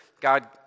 God